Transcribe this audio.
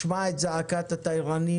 שמע את זעקת התיירנים,